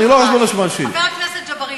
חבר הכנסת ג'בארין,